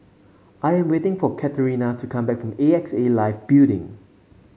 I am waiting for Catrina to come back from A X A Life Building